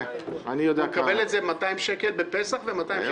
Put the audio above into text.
הם מקבלים 200 שקל בפסח ו-200 שקל בראש השנה.